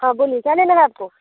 हाँ बोलिए क्या लेना है आपको